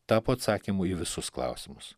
tapo atsakymu į visus klausimus